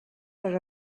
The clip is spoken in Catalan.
per